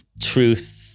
truth